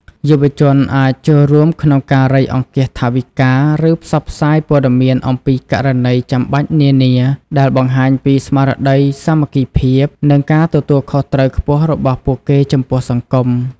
យុវជនអាចចូលរួមក្នុងការរៃអង្គាសថវិកា ឬផ្សព្វផ្សាយព័ត៌មានអំពីករណីចាំបាច់នានា ដែលបង្ហាញពី ស្មារតីសាមគ្គីភាព និងការទទួលខុសត្រូវខ្ពស់របស់ពួកគេចំពោះសង្គម។